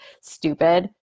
stupid